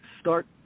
start